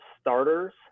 starters